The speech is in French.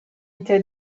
été